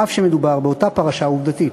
אף שמדובר באותה פרשה עובדתית.